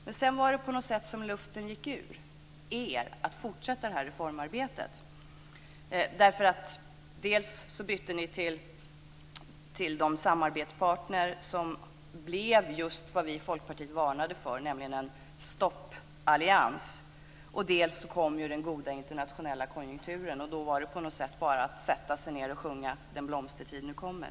Men sedan var det på något sätt som att luften gick ur er när det gällde att fortsätta med det här reformarbetet. Dels bytte ni till de samarbetspartner som blev just vad vi i Folkpartiet varnade för, nämligen en stoppallians. Dels kom den goda internationella konjunkturen, och då var det på något sätt bara att sätta sig ned och sjunga Den blomstertid nu kommer.